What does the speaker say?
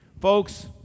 Folks